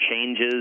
changes